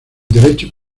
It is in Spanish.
derecho